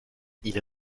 ils